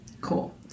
cool